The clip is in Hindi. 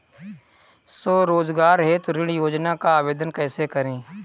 स्वरोजगार हेतु ऋण योजना का आवेदन कैसे करें?